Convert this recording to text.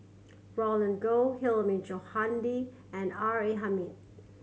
Roland Goh Hilmi Johandi and R A Hamid